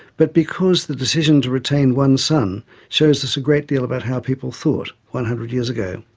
but because the decision to retain one son shows us a great deal about how people thought, one hundred years ago.